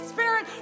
Spirit